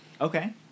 Okay